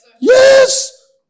Yes